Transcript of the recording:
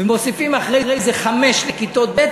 מוסיפים עשר ומוסיפים אחרי זה חמש לכיתות ב',